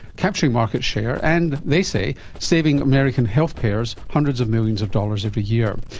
capturing market share and, they say, saving american health payers hundreds of millions of dollars every year.